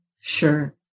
Sure